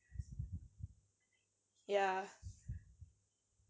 ya